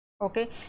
okay